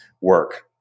work